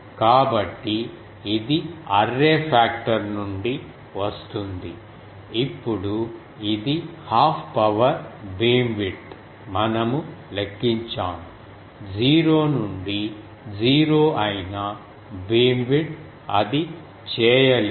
కాబట్టి ఇది array factor నుండి వస్తుంది ఇప్పుడు ఇది హాఫ్ పవర్ బీమ్విడ్త్ మనము లెక్కించాము జీరో నుండి జీరో అయిన బీమ్విడ్త్ అది చేయలేదు